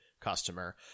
customer